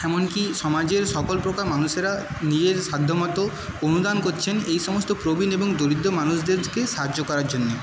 এমনকি সমাজের সকল প্রকার মানুষেরা নিজের সাধ্য মতো অনুদান করছেন এই সমস্ত প্রবীণ এবং দরিদ্র মানুষদেরকে সাহায্য করার জন্যে